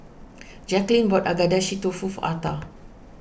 Jacquelynn bought Agedashi Dofu for Arta